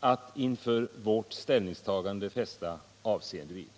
att inför vårt ställningstagande fästa avseende vid.